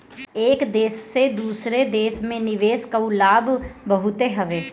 एक देस से दूसरा देस में निवेश कअ लाभ बहुते हवे